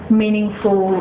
meaningful